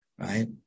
Right